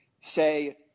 say